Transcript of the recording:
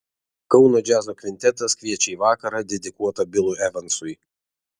kauno džiazo kvintetas kviečia į vakarą dedikuotą bilui evansui